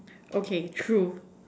okay true